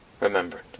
remembered